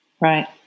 right